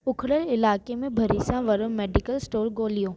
उखरल इलाइक़े में भरिसां वारो मेडिकल स्टोर ॻोल्हियो